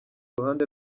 ruhande